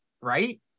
right